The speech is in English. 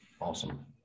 Awesome